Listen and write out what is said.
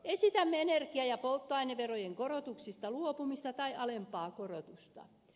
esitämme energia ja polttoaineverojen korotuksista luopumista tai alempaa korotusta